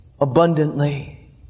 abundantly